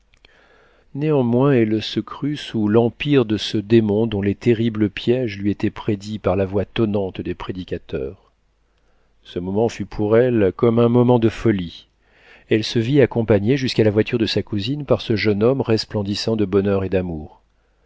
néanmoins elle se crut sous l'empire de ce démon dont les terribles piéges lui étaient prédits par la voix tonnante des prédicateurs ce moment fut pour elle comme un moment de folie elle se vit accompagnée jusqu'à la voiture de sa cousine par ce jeune homme resplendissant de bonheur et d'amour